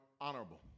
honorable